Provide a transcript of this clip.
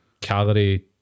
calorie